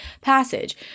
passage